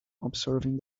observing